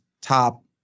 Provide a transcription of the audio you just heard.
top